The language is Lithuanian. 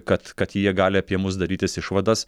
kad kad jie gali apie mus darytis išvadas